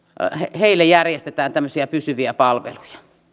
näille järjestämme tämmöisiä pysyviä palveluja